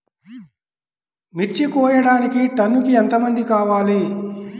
మిర్చి కోయడానికి టన్నుకి ఎంత మంది కావాలి?